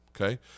Okay